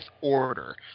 order